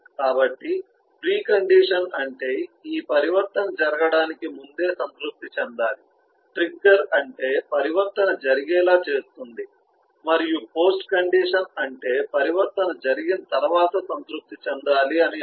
కాబట్టి precondition అంటే ఈ పరివర్తన జరగడానికి ముందే సంతృప్తి చెందాలి ట్రిగ్గర్ అంటే పరివర్తన జరిగేలా చేస్తుంది మరియు పోస్ట్ కండిషన్ అంటే పరివర్తన జరిగిన తర్వాత సంతృప్తి చెందాలి అని అర్ధం